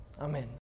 Amen